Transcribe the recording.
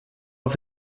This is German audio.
auf